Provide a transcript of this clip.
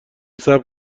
صبر